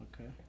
okay